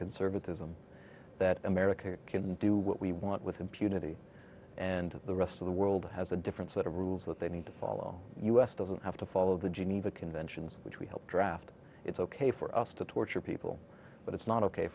conservatism that america can do what we want with impunity and the rest of the world has a different set of rules that they need to follow us doesn't have to follow the geneva conventions which we helped draft it's ok for us to torture people but it's not ok